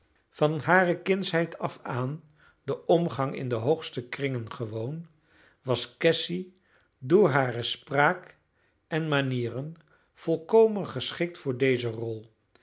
van hare kindsheid af aan den omgang in de hoogste kringen gewoon was cassy door hare spraak en manieren volkomen geschikt voor deze rol